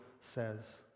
says